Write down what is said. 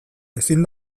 ezin